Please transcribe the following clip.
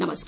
नमस्कार